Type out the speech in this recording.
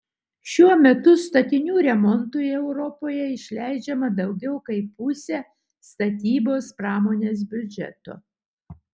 šiuo metu statinių remontui europoje išleidžiama daugiau kaip pusė statybos pramonės biudžeto